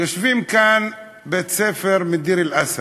יושבים כאן תלמידי בית-ספר מדיר-אל-אסד.